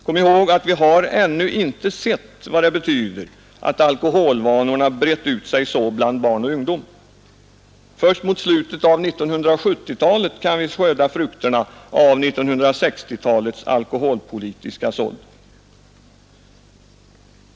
Kom ihåg att vi inte ännu har sett vad det betyder att alkoholvanorna brett ut sig i sådan utsträckning bland barn och ungdom. Först mot slutet av 1970-talet kan vi skörda frukterna av 1960-talets alkoholpolitiska sådd.